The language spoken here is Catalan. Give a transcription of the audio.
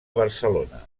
barcelona